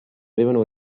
avevano